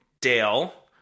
Dale